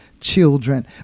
children